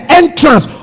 entrance